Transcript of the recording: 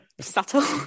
Subtle